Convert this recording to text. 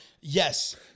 yes